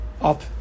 up